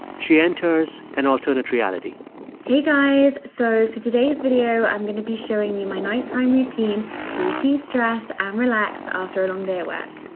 she enters an alternate reality hey, guys. so for today's video, i'm going to be showing you my nighttime routine to destress and relax after a long day at work.